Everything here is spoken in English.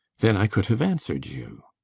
then i could have answered you.